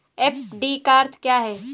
FD का अर्थ क्या है?